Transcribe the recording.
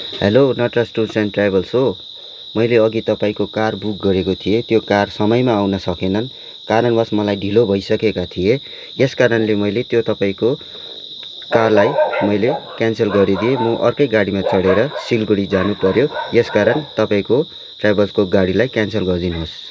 hello Nataraj tours and travels हो मैले अघि तपाईँको कार बुक गरेको थिएँ त्यो कार समयमा आउन सकेन कारणवश मलाई ढिलो भइसकेको थियो यसकारणले मैले त्यो तपाईँको कारलाई मैले क्यान्सल गरिदिएँ म अर्कै गाडीमा चढे्र सिलगडी जानु पऱ्यो यसकारण तपाईँको ट्राभलको गाडीलाई क्यान्सल गरिदिनुहोस्